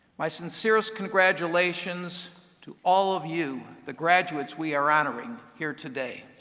my sincerest congratulations to all of you, the graduates we are honoring here today.